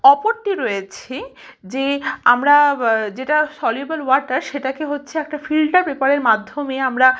অপরটি রয়েছে যে আমরা যেটা সলিউবেল ওয়াটার সেটাকে হচ্ছে একটা ফিল্টার পেপারের মাধ্যমে আমরা